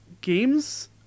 games